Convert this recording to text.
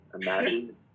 Imagine